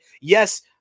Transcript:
yes